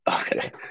Okay